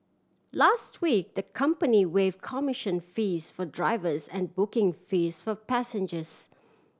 last week the company waive commission fees for drivers and booking fees for passengers